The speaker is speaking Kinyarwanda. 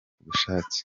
bushake